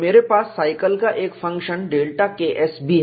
मेरे पास साइकिल का एक फंक्शन ΔKs भी है